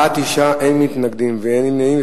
בעד, 9, אין מתנגדים ואין נמנעים.